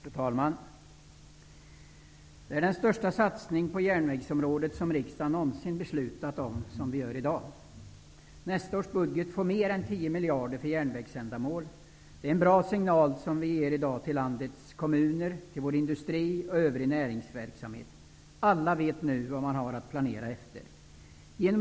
Fru talman! Det beslut vi fattar i dag är den största satsning på järnvägsområdet som riksdagen någonsin har fattat beslut om. I nästa års budget avsätts mer än 10 miljarder för järnvägsändamål. Det är en bra signal som vi i dag ger till landets kommuner och till vår industri och övrig näringsverksamhet. Alla vet nu vad man har att planera efter.